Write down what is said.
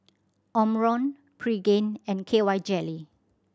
Omron Pregain and K Y Jelly